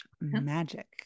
magic